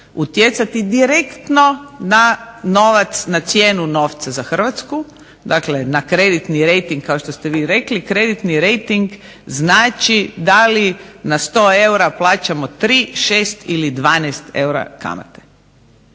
utjecati direktno na novac, na cijenu novca za Hrvatsku. Dakle, na kreditni rejting kao što ste vi rekli. Kreditni rejting znači da li na 100 eura plaćamo tri, šest ili dvanaest eura kamate.